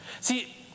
See